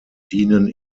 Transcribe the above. dienen